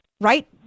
Right